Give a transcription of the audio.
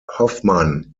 hofmann